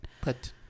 Put